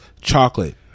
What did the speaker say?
chocolate